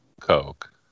Coke